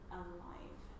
alive